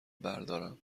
بردارم